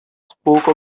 spoke